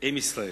עם ישראל.